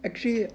actually